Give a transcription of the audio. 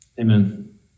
Amen